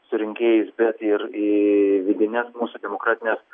su rinkėjais bet ir į vidines mūsų demokratines